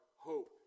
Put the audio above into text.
hope